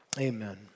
Amen